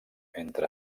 entre